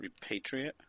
Repatriate